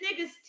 nigga's